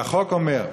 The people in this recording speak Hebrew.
והחוק אומר: